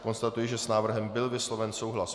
Konstatuji, že s návrhem byl vysloven souhlas.